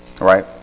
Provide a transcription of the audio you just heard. right